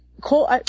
Cole